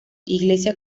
iglesia